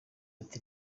ati